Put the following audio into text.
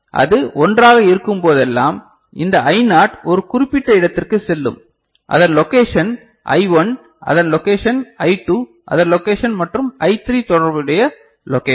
அது 1 ஆக இருக்கும்போதெல்லாம் இந்த ஐ நாட் ஒரு குறிப்பிட்ட இடத்திற்குச் செல்லும் அதன் லோகேஷன் I1 அதன் லோகேஷன் I2 அதன் லோகேஷன் மற்றும் I3 தொடர்புடைய லோகேஷன்